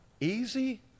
easy